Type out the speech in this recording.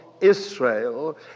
Israel